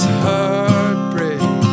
heartbreak